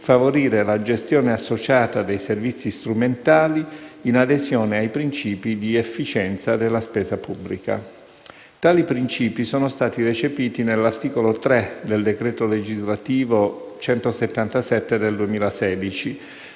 favorire la gestione associata dei servizi strumentali in adesione ai principi di efficienza della spesa pubblica. Tali principi sono stati recepiti nell'articolo 3 del decreto legislativo n. 177 del 2016,